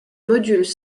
modules